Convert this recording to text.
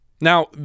now